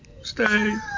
Stay